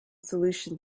solution